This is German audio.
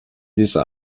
dieser